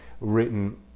written